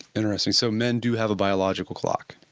interesting. so men do have a biological clock,